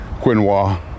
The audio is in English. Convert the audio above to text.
quinoa